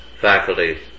faculty